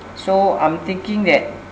so I'm thinking that